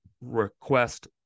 request